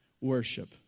worship